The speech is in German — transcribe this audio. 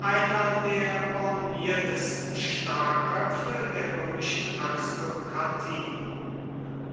der borniertesten starrköpfe der römischen aristokratie